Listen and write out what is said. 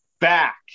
back